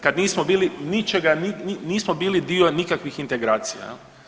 Kad nismo bili ničega, nismo bili dio nikakvih integracija.